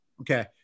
Okay